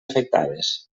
afectades